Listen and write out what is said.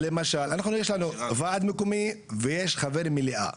אנחנו יש לנו ועד מקומי ויש חבר מליאה.